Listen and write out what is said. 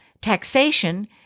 taxation